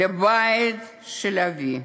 לבית אבי,